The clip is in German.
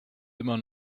immer